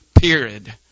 period